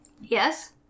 Yes